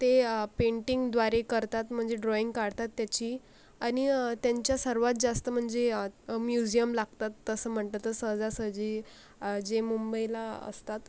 ते पेंटिंगद्वारे करतात म्हणजे ड्रॉईंग काढतात त्याची आणि त्याच्या सर्वात जास्त म्हणजे आ म्युजियम लागतात तसं म्हटलं तर सहजासहजी जे मुंबईला असतात